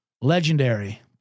Legendary